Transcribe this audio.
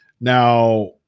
Now